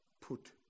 put